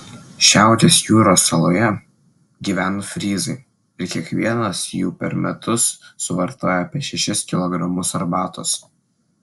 šiaurės jūros saloje gyvena fryzai ir kiekvienas jų per metus suvartoja po šešis kilogramus arbatos